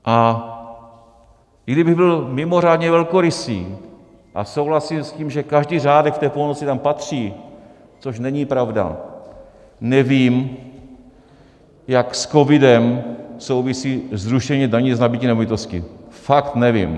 A i kdybych byl mimořádně velkorysý a souhlasil s tím, že každý řádek v té pomoci tam patří, což není pravda, nevím, jak s covidem souvisí zrušení daně z nabytí nemovitosti, fakt nevím.